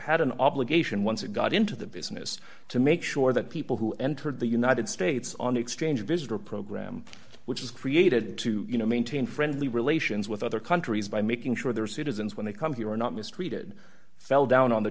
had an obligation once it got into the business to make sure that people who entered the united states on the exchange visitor program which is created to you know maintain friendly relations with other countries by making sure their citizens when they come here are not mistreated fell down on the